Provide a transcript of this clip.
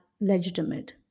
legitimate